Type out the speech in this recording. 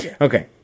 Okay